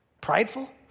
Prideful